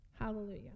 Hallelujah